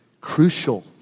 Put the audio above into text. crucial